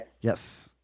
Yes